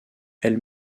elles